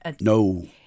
no